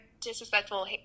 disrespectful